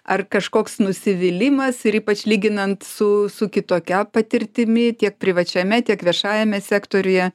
ar kažkoks nusivylimas ir ypač lyginant su su kitokia patirtimi tiek privačiame tiek viešajame sektoriuje